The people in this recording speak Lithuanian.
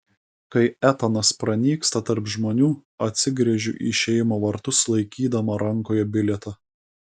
kai etanas pranyksta tarp žmonių atsigręžiu į išėjimo vartus laikydama rankoje bilietą